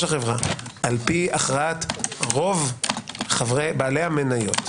החברה על פי הכרעת רוב בעלי המניות,